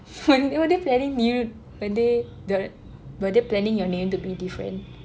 !wah! what if then they knew when they dia diora~ were they planning your name to be different